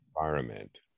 environment